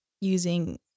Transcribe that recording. using